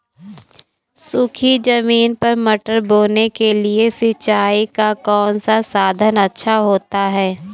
सूखी ज़मीन पर मटर बोने के लिए सिंचाई का कौन सा साधन अच्छा होता है?